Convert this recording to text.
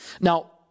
Now